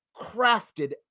crafted